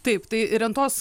taip tai rentos